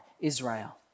Israel